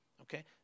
Okay